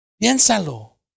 Piénsalo